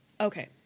Okay